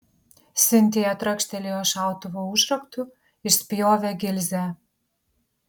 sintija trakštelėjo šautuvo užraktu išspjovė gilzę